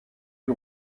qui